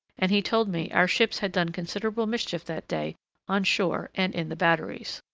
and he told me our ships had done considerable mischief that day on shore and in the batteries.